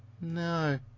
No